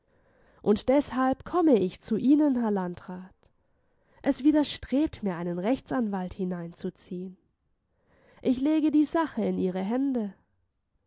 und deshalb komme ich zu ihnen herr landrat es widerstrebt mir einen rechtsanwalt hineinzuziehen ich lege die sache in ihre hände